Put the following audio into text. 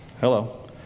Hello